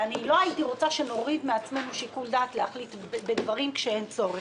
אני לא הייתי רוצה שנוריד מעצמנו שיקול דעת להחליט בדברים כשאין צורך.